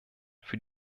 für